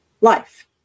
life